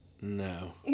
No